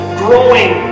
growing